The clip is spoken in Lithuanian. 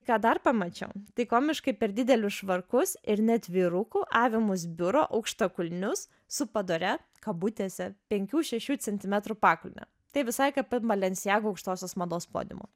ką dar pamačiau tai komiškai per didelius švarkus ir net vyrukų avimus biuro aukštakulnius su padoria kabutėse penkių šešių centimetrų pakulne tai visai kaip ant balenciaga aukštosios mados podiumų